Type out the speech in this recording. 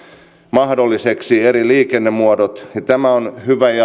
mahdollisiksi eri liikennemuodot ja tämä on hyvä ja